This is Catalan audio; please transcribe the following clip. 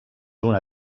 una